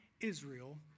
Israel